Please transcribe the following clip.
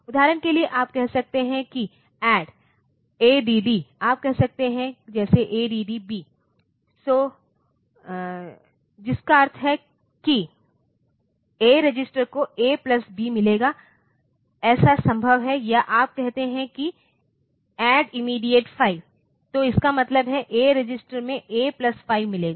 उदाहरण के लिए आप कह सकते हैं जैसे Add आप कह सकते हैं जैसे ADD B जिसका अर्थ है कि A रजिस्टर को A प्लस B मिलेगा ऐसा संभव है या आप कह सकते हैं कि ऐड इमीडियेट 5 तो इसका मतलब है Aरजिस्टर में A प्लस 5 मिलेगा